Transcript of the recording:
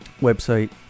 website